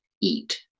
eat